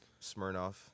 Smirnoff